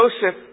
Joseph